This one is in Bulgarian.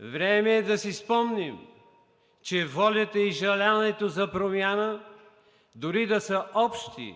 Време е да си спомним, че волята и желанието за промяна, дори да са общи,